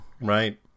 right